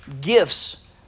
gifts